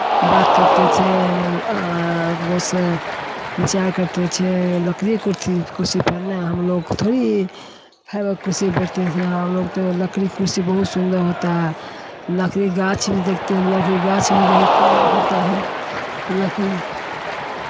बात करते थे विचार करते थे लकड़ीए के कुर्सी पर ना हमलोग को थोड़े फाइबर के कुर्सी पर बैठते थे हमलोग तो लकड़ी के कुर्सी बहुत सुंदर होता है लकड़ी के गाछ भी देखते हैं लकड़ी के गाछ भी बहुत सुंदर होता है लकड़ी